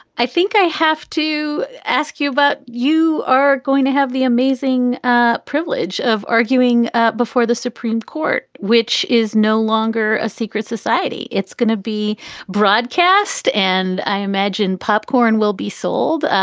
i think i have to ask you, but you are going to have the amazing ah privilege of arguing ah before the supreme court, which is no longer a secret society. it's going to be broadcast and i imagine popcorn will be sold.